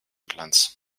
glanz